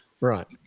right